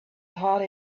taught